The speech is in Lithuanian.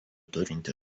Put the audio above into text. turinti